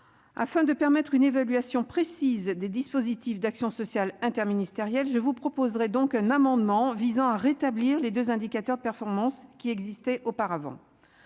afin de permettre une évaluation précise des dispositifs d'action sociale interministérielle je vous proposerai donc un amendement visant à rétablir les 2 indicateurs de performance qui existait auparavant,